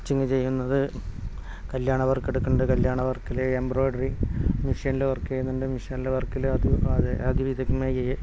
stitching ചെയ്യുന്നത് കല്യാണ work എടുക്കുന്നുണ്ട് കല്യാണ വർക്കിൽ എംബ്രോയിഡറി മിഷ്യനിൽ വർക്ക് ചെയ്യുന്നുണ്ട് മിഷ്യനിൽ വർക്കിൽ അത് അതിവിദഗ്ധമായി